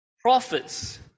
prophets